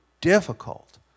difficult